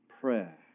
prayer